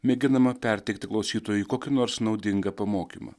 mėginama perteikti klausytojui kokį nors naudingą pamokymą